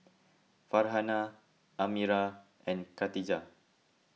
Farhanah Amirah and Katijah